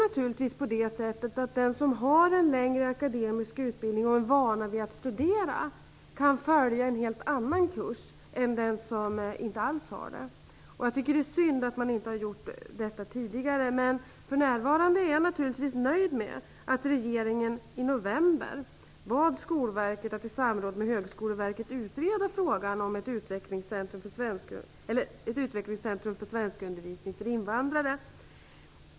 Naturligtvis kan den som har en längre akademisk utbildning och är van att studera följa en helt annan kurs än den som inte alls har denna bakgrund kan. Jag tycker att det är synd att inte detta har gjorts tidigare, men för närvarande är jag naturligtvis nöjd med att regeringen i november bad Skolverket att i samråd med Högskoleverket utreda frågan om ett utvecklingscentrum för svenskundervisning för invandrare.